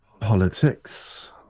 politics